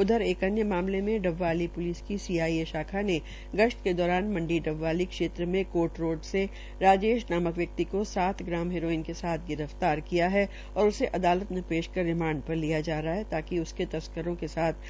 उध्र एक अन्य मामले मे डबवाली प्लिस की सीआईए शाखा ने गश्त के दौरान मंडी डबवाली क्षेत्र मे कोट रोड से राजेश नामक व्यकित को सात ग्राम हेरोइन के साथ गिरफ्तार किया और उसे अदालत में पेश कर रिमांड पर लिया जा रहा है ताकि उसके तस्करों के साथ